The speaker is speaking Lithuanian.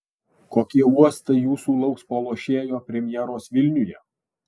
kokie uostai jūsų lauks po lošėjo premjeros vilniuje